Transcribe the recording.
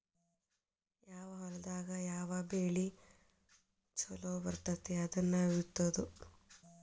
ಯಾವ ಹೊಲದಾಗ ಯಾವ ಬೆಳಿ ಚುಲೊ ಬರ್ತತಿ ಅದನ್ನ ಬಿತ್ತುದು